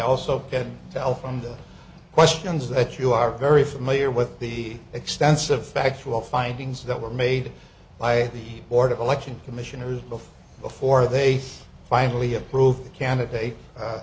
also fell from the questions that you are very familiar with the extensive factual findings that were made by the board of election commissioners before before they finally approved a candidate a